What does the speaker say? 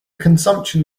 consumption